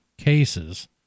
cases